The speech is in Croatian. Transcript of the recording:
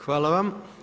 Hvala vam.